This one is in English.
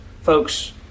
folks